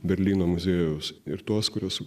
berlyno muziejaus ir tuos kuriuos